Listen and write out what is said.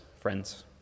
friends